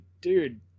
dude